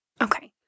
Okay